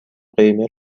قیمه